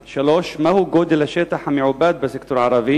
3. מהו גודל השטח המעובד בסקטור הערבי